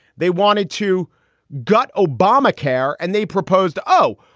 they wanted to gut obamacare and they proposed. oh,